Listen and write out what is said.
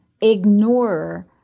ignore